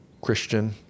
Christian